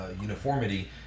uniformity